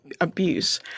abuse